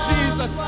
Jesus